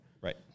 right